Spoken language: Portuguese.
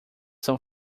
são